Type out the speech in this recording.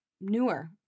newer